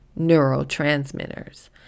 neurotransmitters